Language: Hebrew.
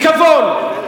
וגם הוא, היא